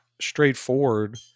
straightforward